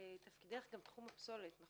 תפקידך גם תחום הפסולת?